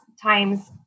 times